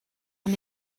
ond